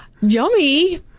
Yummy